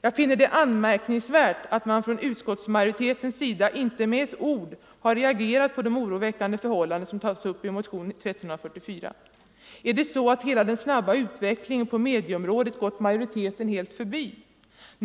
Jag finner det anmärkningsvärt att man från utskottsmajoritetens sida inte med ett ord har reagerat på de oroväckande förhållanden som tas upp i motionen 1344. Är det så att den snabba utvecklingen på medieområdet gått majoriteten helt förbi?